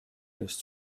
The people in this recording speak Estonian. kellest